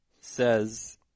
says